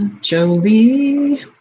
Jolie